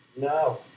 No